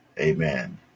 Amen